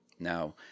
now